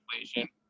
inflation